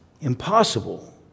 Impossible